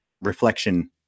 reflection